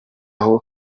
aho